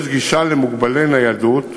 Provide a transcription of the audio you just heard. יש גישה למוגבלי ניידות,